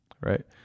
right